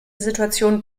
situation